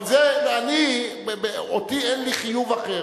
אבל אני, אין לי חיוב אחר.